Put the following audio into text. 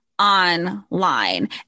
Online